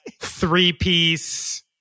three-piece